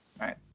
right